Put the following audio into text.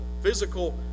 physical